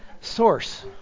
source